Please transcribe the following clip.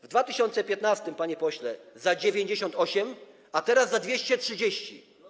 W 2015, panie pośle, za 98, a teraz za 230.